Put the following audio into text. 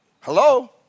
Hello